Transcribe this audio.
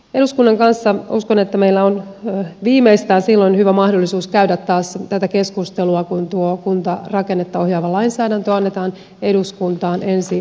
eduskunnan kanssa uskon että meillä on viimeistään silloin hyvä mahdollisuus käydä taas tätä keskustelua kun tuo kuntarakennetta ohjaava lainsäädäntö annetaan eduskuntaan ensi talvena